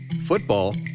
football